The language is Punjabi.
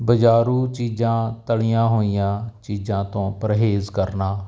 ਬਜ਼ਾਰੂ ਚੀਜ਼ਾਂ ਤਲੀਆਂ ਹੋਈਆਂ ਚੀਜ਼ਾਂ ਤੋਂ ਪਰਹੇਜ਼ ਕਰਨਾ